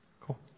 Cool